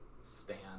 stand